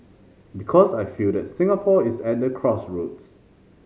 because I feel that Singapore is at the crossroads